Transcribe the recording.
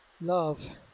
love